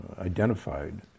identified